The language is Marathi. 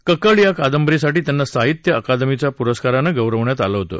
ककल्ड या कादंबरीसाठी त्यांना साहित्य अकादमी पुरस्कारानं गौरवण्यात आलं होतं